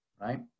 Right